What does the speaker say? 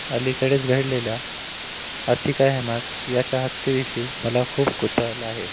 अलीकडेच घडलेल्या आतिक अहमद याच्या हत्येविषयी मला खूप कुतूहल आहे